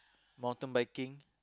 mountain biking